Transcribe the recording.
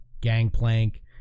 gangplank